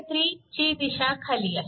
I3 ची दिशा खाली आहे